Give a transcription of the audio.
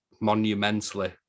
monumentally